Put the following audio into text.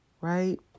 Right